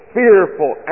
fearful